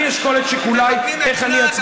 אני אשקול את שיקוליי איך אני אצביע.